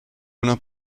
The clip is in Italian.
una